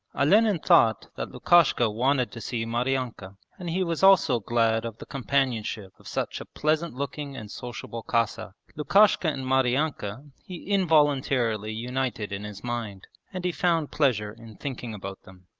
olenin thought that lukashka wanted to see maryanka and he was also glad of the companionship of such a pleasant-looking and sociable cossack. lukashka and maryanka he involuntarily united in his mind, and he found pleasure in thinking about them.